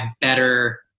better